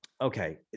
okay